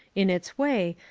in its way,